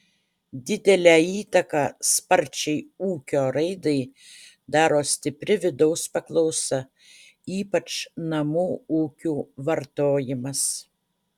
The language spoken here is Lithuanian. didelę įtaką sparčiai ūkio raidai daro stipri vidaus paklausa ypač namų ūkių vartojimas